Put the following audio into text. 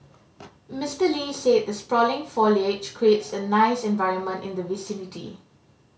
Mister Lee said the sprawling foliage creates a nice environment in the vicinity